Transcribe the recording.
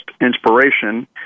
inspiration